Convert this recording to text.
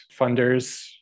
funders